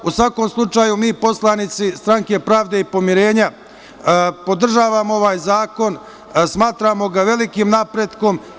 U svakom slučaju, mi poslanici, Stranke pravde i pomirenja, podržavamo ovaj zakon i smatramo ga velikim napretkom.